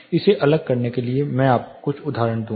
इसे अलग करने के लिए मैं आपको कुछ उदाहरण दूंगा